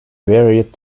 varied